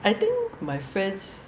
I think my friends